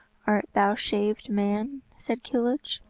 art thou shaved man? said kilhuch.